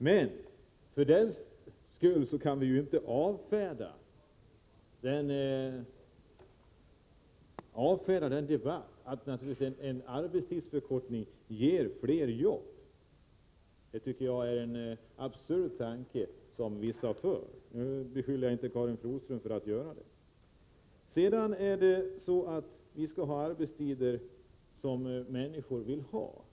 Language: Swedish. Men för den skull kan vi inte avfärda påståendet att en arbetstidsförkortning skulle ge flera jobb. Det är en absurd tanke som vissa har. Jag beskyller dock inte Karin Flodström för att göra så. Visst skall vi ha de arbetstider som människorna vill ha.